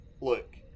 look